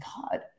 god